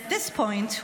At this point,